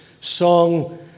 song